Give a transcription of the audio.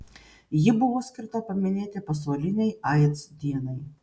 ji buvo skirta paminėti pasaulinei aids dienai